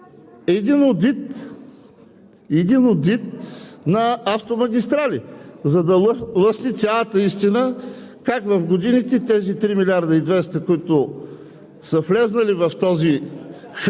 един одит на автомагистрали, за да лъсне цялата истина как в годините тези 3 милиарда и 200, които са влезли в този хъб,